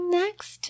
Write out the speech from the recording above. next